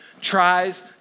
tries